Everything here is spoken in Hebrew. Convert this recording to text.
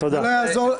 לא היה צריך את החוק הזה.